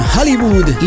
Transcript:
Hollywood